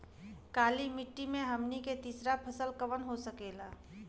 काली मिट्टी में हमनी के तीसरा फसल कवन हो सकेला?